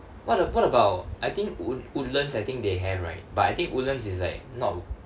what a~ what about I think wood~ woodlands I think they have right but I think woodlands is like not